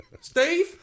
Steve